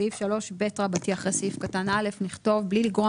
בסעיף 3ב אחרי סעיף קטן (א) נכתוב: בלי לגרוע